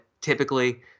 typically